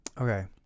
Okay